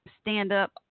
stand-up